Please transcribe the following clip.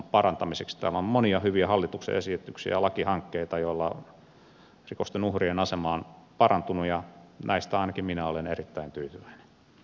täällä on monia hyviä hallituksen esityksiä lakihankkeita joilla rikosten uhrien asema on parantunut ja näistä ainakin minä olen erittäin tyytyväinen